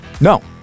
no